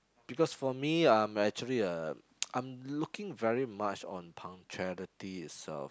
because for me I'm actually I'm looking very much on punctuality itself